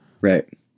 Right